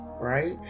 right